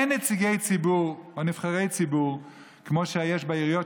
אין נציגי ציבור או נבחרי ציבור כמו שיש בעיריות,